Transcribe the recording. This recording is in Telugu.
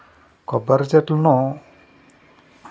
కొబ్బరి చెట్లు ఒకసారి నాటితే నిరంతరం బొండాలనిస్తాయి